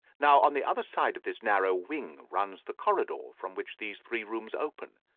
now, on the other side of this narrow wing runs the corridor from which these three rooms open.